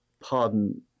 pardon